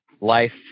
life